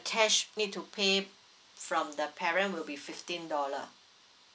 cash need to pay from the parent would be fifteen dollar